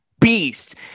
beast